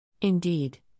Indeed